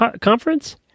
conference